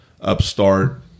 upstart